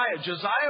Josiah